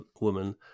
woman